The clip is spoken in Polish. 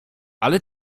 ale